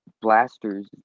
blasters